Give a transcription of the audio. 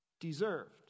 deserved